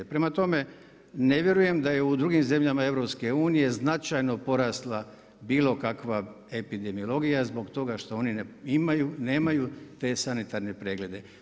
Prema tome, ne vjerujem da je u drugim zemljama EU značajno porasla bilo kakva epidemiologija zbog toga što nemaju te sanitarne preglede.